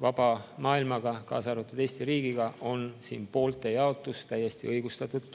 vaba maailmaga, kaasa arvatud Eesti riigiga, on poolte jaotus täiesti õigustatud.